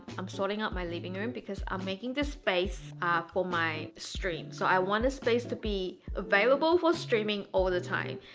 i'm sorting out my living room because i'm making this space for my stream. so i want this space to be available for streaming all the time.